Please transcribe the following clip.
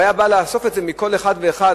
הוא היה בא לאסוף את זה מכל אחד ואחד,